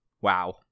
Wow